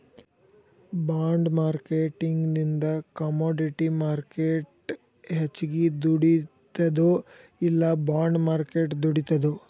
ಬಾಂಡ್ಮಾರ್ಕೆಟಿಂಗಿಂದಾ commodity market ಹೆಚ್ಗಿ ದುಡಿತದೊ ಇಲ್ಲಾ ಬಾಂಡ್ ಮಾರ್ಕೆಟ್ ದುಡಿತದೊ?